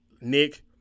Nick